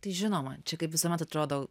tai žinoma čia kaip visuomet atrodo